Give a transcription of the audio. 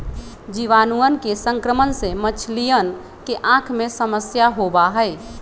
जीवाणुअन के संक्रमण से मछलियन के आँख में समस्या होबा हई